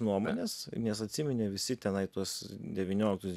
nuomonės nes atsiminė visi tenai tuos devynioliktus